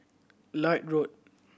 Lloyd Road